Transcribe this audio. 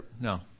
no